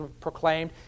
proclaimed